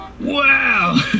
Wow